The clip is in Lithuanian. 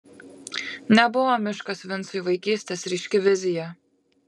nebuvo miškas vincui vaikystės ryški vizija